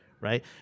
Right